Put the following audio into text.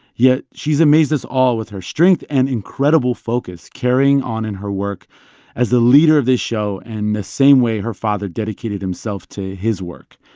yet she's amazed us all with her strength and incredible focus, carrying on in her work as the leader of this show in and the same way her father dedicated himself to his work.